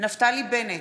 נפתלי בנט,